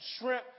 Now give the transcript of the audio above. shrimp